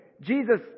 Jesus